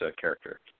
character